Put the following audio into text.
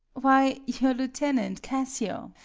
why, your lieutenant, cassio.